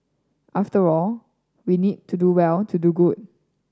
after all we need to do well to do good